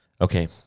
Okay